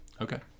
Okay